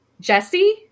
Jesse